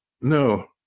no